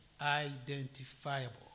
identifiable